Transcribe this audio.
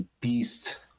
beast